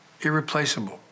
irreplaceable